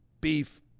beef